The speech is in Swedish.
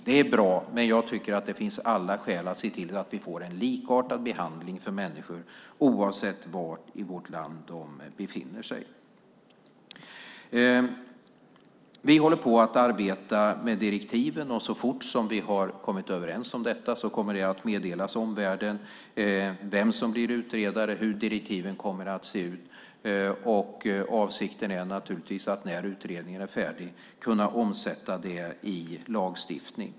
Det är bra, men jag tycker att det finns alla skäl att se till att människor får likartad behandling oavsett var i vårt land de befinner sig. Vi arbetar med direktiven. Så fort vi har kommit överens om detta kommer omvärlden att meddelas vem som blir utredare och hur direktiven ska se ut. Avsikten är naturligtvis att när utredningen är färdig kunna omsätta det hela i lagstiftning.